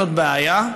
וזאת בעיה,